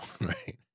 right